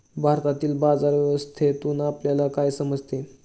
भारतातील बाजार व्यवस्थेतून आपल्याला काय समजते?